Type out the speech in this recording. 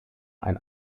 ein